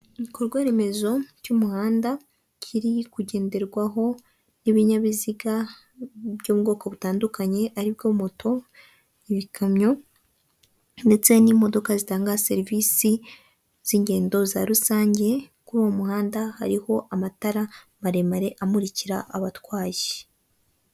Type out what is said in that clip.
Umuhanda wa kaburimbo cyangwa se w'umukara uri gukoreshwa n'ibinyabiziga bitandukanye, bimwe muri byo ni amagare abiri ahetse abagenzi ikindi nii ikinyabiziga kiri mu ibara ry'umweru cyangwa se ikamyo kikoreye inyuma imizigo bashumikishije itente cyangwa se igitambaro cy'ubururu.